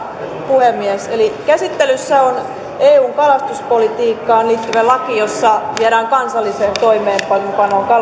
puhemies eli käsittelyssä on eun kalastuspolitiikkaan liittyvä laki jossa viedään kansalliseen toimeenpanoon kalastuskiintiöt